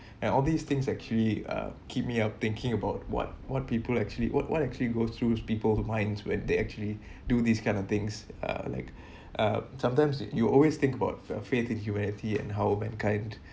and all these things actually uh keep me up thinking about what what people actually what what actually goes through people's minds when they actually do this kind of things err like uh sometimes you you always think about uh faith in humanity and how mankind